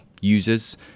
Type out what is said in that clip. users